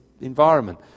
environment